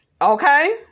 Okay